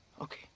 Okay